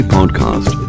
Podcast